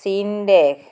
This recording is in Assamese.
চীন দেশ